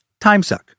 timesuck